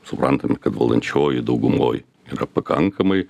suprantam kad valdančiojoj daugumoj yra pakankamai